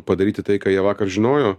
padaryti tai ką jie vakar žinojo